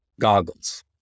goggles